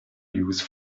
use